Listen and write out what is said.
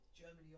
germany